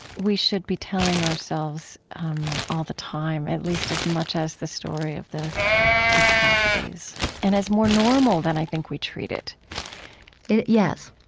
we should be telling ourselves all the time, at least as much as the story of the the tragedies. and as more normal than i think we treat it it yes.